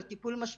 על טיפול משמעותי,